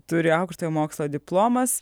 turi aukštojo mokslo diplomas